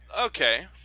Okay